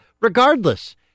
regardless